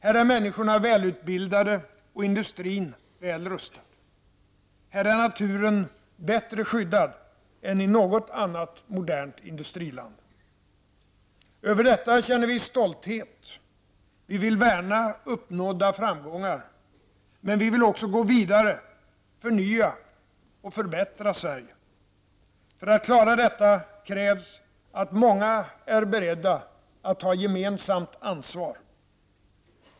Här är människorna välutbildade och industrin väl rustad. Här är naturen bättre skyddad än i något annat modernt industriland. Över detta känner vi stolthet. Vi vill värna uppnådda framgångar, men vi vill också gå vidare, förnya och förbättra Sverige. För att klara detta krävs att många är beredda att ta gemensamt ansvar.